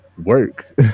work